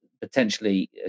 potentially